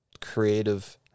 creative